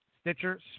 Stitcher